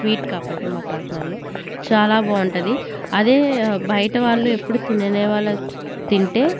sweet కాబట్టి మా కాకినాడలో చాలా బాగుంటుంది అదే బయట వాళ్ళు ఎప్పుడు తినని వాళ్ళు తింటే